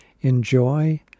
Enjoy